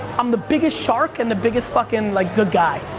i'm the biggest shark and the biggest fuckin' like good guy,